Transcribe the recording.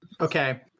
Okay